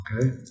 Okay